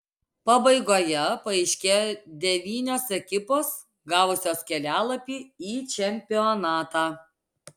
pabaigoje paaiškėjo devynios ekipos gavusios kelialapį į čempionatą